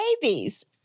babies